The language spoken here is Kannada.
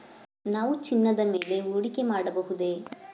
ನಾವು ಚಿನ್ನದ ಮೇಲೆ ಹೂಡಿಕೆ ಮಾಡಬಹುದೇ?